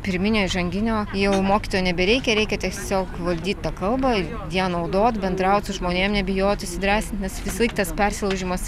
pirminio įžanginio jau mokytojo nebereikia reikia tiesiog valdyt tą kalbą ją naudot bendraut su žmonėm nebijot įsidrąsint nes visąlaik tas persilaužimas